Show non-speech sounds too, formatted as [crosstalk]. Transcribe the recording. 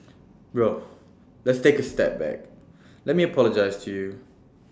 [noise] bro let's take A step back let me apologise to you